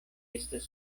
estas